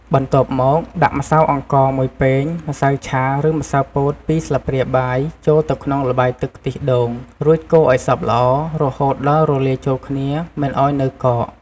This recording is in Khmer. បន្ទាប់មក ដាក់ម្សៅអង្ករ ១ ពែង ម្សៅឆា ឬម្សៅពោត ២ ស្លាបព្រាបាយ ចូលទៅក្នុងល្បាយទឹកខ្ទិះដូង រួចកូរឲ្យសព្វល្អ រហូតដល់រលាយចូលគ្នា មិនឱ្យនៅកក។